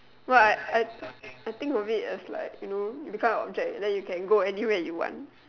but I I I think of it as like you know become an object then you can go anywhere you want